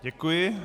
Děkuji.